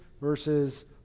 versus